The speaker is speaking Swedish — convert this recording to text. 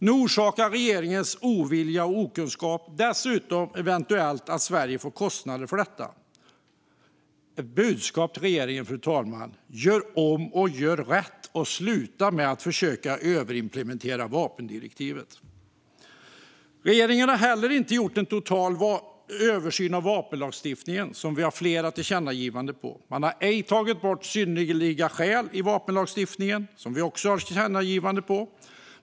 Nu orsakar regeringens ovilja och okunskap dessutom eventuellt att Sverige får kostnader för detta. Mitt budskap till regeringen, fru talman, är: Gör om och gör rätt, och sluta med att försöka överimplementera vapendirektivet! Regeringen har heller inte gjort en total översyn av vapenlagstiftningen, som vi har flera tillkännagivanden om. Man har inte tagit bort synnerliga skäl i vapenlagstiftningen, vilket vi också har ett tillkännagivande om.